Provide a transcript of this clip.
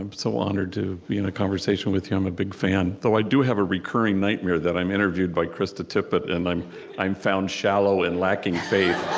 so honored to be in a conversation with you. i'm a big fan, though i do have a recurring nightmare that i'm interviewed by krista tippett, and i'm i'm found shallow and lacking faith